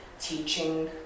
teaching